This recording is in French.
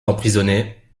emprisonnés